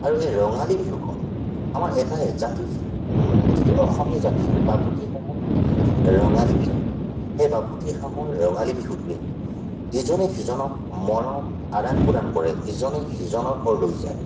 আৰু এই ৰঙালী বিহুখন আমাৰ এটাই জাতি যিটো অসমীয়া জাতি বাপতি সাহোন ৰঙালী বিহু সেই বাপতি সাহোন ৰঙালী বিহুটোৱে ইজনে সিজনক মৰম আদান প্ৰদান কৰে ইজনে সিজনৰ ঘৰলৈ যায়